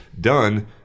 Done